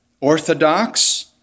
orthodox